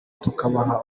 tukabaha